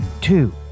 two